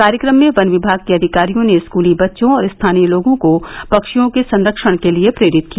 कार्यक्रम में वन विभाग के अधिकारियों ने स्कूली बच्चों और स्थानीय लोगों को पक्षियों के संरक्षण के लिए प्रेरित किया